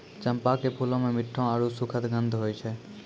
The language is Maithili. चंपा के फूलो मे मिठ्ठो आरु सुखद गंध होय छै